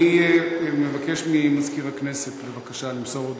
אני מבקש ממזכיר הכנסת בבקשה למסור הודעה.